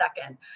second